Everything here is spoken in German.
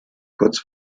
kurz